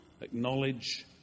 acknowledge